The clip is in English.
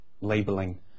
labeling